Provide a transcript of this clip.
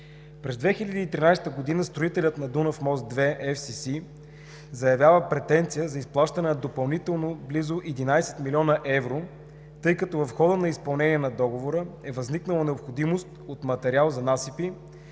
През 2013 г. строителят на „Дунав мост 2“ – „Еф Си Си Конструкшън“, заявява претенция за изплащане на допълнително близо 11 млн. евро, тъй като в хода на изпълнение на договора е възникнала необходимост от материал за насипи,